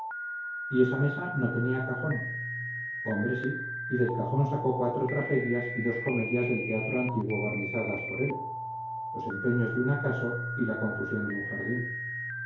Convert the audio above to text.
y esa mesa no tenía cajón hombre sí y del cajón sacó cuatro tragedias y dos comedias del teatro antiguo barnizadas por él los empeños de un acaso y la confusión de un jardín